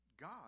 God